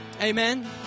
Amen